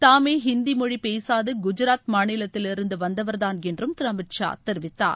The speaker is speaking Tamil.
தாமே ஹிந்தி மொழி பேசாத குஜராத் மாநிலத்திலிருந்து வந்தவர்தான என்றும் திரு அமித்ஷா தெரிவித்தார்